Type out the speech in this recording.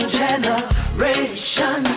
generation